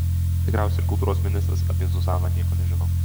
tikriausiai ir kultūros ministras apie zuzaną nieko nežino